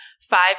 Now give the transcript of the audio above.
five